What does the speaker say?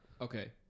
Okay